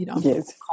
yes